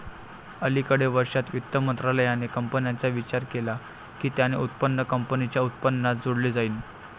अलिकडे वर्षांत, वित्त मंत्रालयाने कंपन्यांचा विचार केला की त्यांचे उत्पन्न कंपनीच्या उत्पन्नात जोडले जाईल